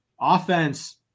Offense